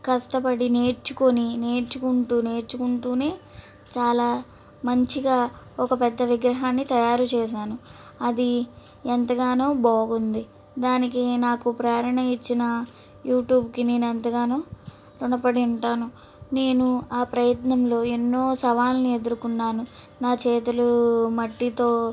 కష్టపడి నేర్చుకుని నేర్చుకుంటూ నేర్చుకుంటూనే చాలా మంచిగా ఒక పెద్ద విగ్రహాన్ని తయారు చేశాను అది ఎంతగానో బాగుంది దానికి నాకు ప్రేరణ ఇచ్చిన యూట్యూబ్కి నేను ఎంతగానో రుణపడి ఉంటాను నేను ఆ ప్రయత్నంలో ఎన్నో సవాలను ఎదుర్కొన్నాను నా చేతులు మట్టితో